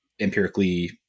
empirically